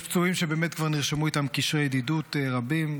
יש פצועים שבאמת כבר נרשמו איתם קשרי ידידות רבים,